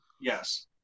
yes